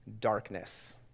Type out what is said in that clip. darkness